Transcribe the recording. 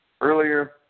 earlier